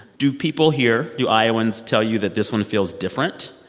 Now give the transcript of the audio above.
do people here do iowans tell you that this one feels different?